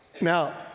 Now